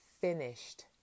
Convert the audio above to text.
finished